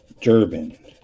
Durbin